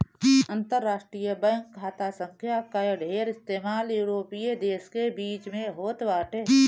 अंतरराष्ट्रीय बैंक खाता संख्या कअ ढेर इस्तेमाल यूरोपीय देस के बीच में होत बाटे